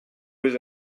was